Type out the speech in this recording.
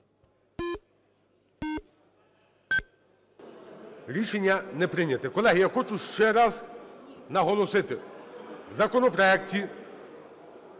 Рішення не прийнято. Колеги, я хочу ще раз наголосити, в законопроекті